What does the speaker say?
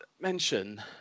mention